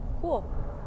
Cool